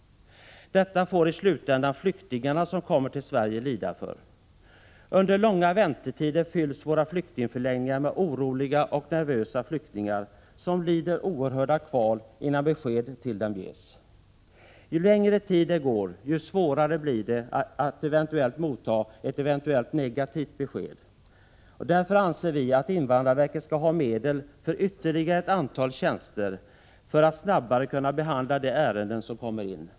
Detta får i slutändan flyktingarna som kommer till Sverige lida för. Under långa väntetider fylls våra flyktingförläggningar med oroliga och nervösa flyktingar, som lider oerhörda kval innan besked till dem ges. Ju längre tid det går, desto svårare blir det att motta ett eventuellt negativt besked. Därför anser vi att invandrarverket skall ha medel för ytterligare ett antal tjänster för att snabbare kunna behandla de ärenden som kommer in.